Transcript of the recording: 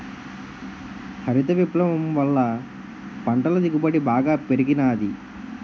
హరిత విప్లవం వల్ల పంటల దిగుబడి బాగా పెరిగినాది